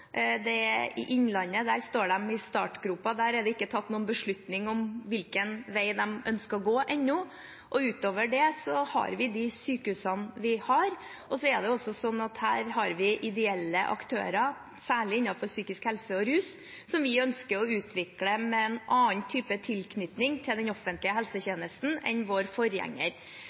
det er i Innlandet – der står de i startgropen, der er det ikke tatt noen beslutning om hvilken vei de ønsker å gå ennå – og utover det har vi de sykehusene vi har. Så er det også sånn at her har vi ideelle aktører, særlig innenfor psykisk helse og rus, som vi ønsker å utvikle med en annen type tilknytning til den offentlige helsetjenesten enn vår forgjenger.